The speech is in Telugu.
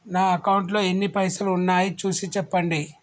నా అకౌంట్లో ఎన్ని పైసలు ఉన్నాయి చూసి చెప్పండి?